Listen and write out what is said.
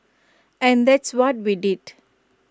and that's what we did